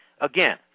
Again